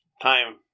time